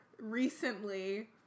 recently